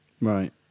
Right